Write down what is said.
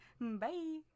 Bye